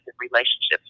relationships